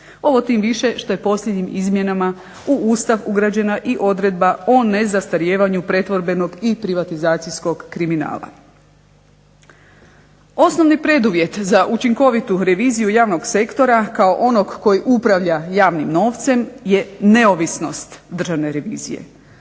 Ovo tim više što je posljednjim izmjenama u Ustav ugrađena i odredba o nezastarijevanju pretvorbenog i privatizacijskog kriminala. Osnovni preduvjet za učinkovitu reviziju javnog sektora, kao onog koji upravlja javnim novcem je neovisnost državne revizije.